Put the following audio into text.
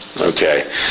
Okay